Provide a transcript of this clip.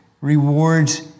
rewards